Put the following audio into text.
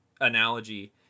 analogy